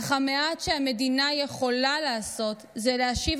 אך המעט שהמדינה יכולה לעשות הוא להשיב